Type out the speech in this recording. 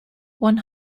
one